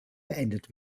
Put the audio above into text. beendet